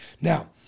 Now